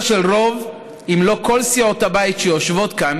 אשר רוב אם לא כל סיעות הבית שיושבות כאן